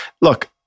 look